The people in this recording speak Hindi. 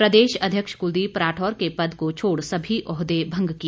प्रदेश अध्यक्ष कुलदीप राठौर के पद को छोड़ सभी ओहदे भंग किए